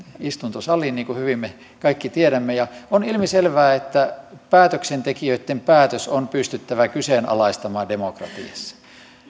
istuntosaliin niin kuin hyvin me kaikki tiedämme ja on ilmiselvää että päätöksentekijöitten päätös on pystyttävä kyseenalaistamaan demokratiassa